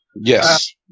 Yes